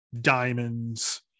diamonds